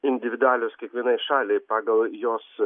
individualios kiekvienai šaliai pagal jos